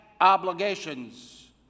obligations